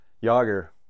Yager